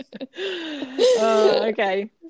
okay